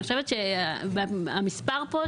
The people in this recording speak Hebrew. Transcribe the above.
אני חושבת שהמספר הזה,